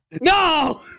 no